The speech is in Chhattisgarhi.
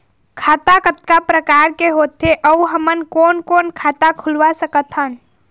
खाता कतका प्रकार के होथे अऊ हमन कोन कोन खाता खुलवा सकत हन?